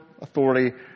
authority